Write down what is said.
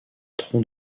tronc